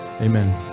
amen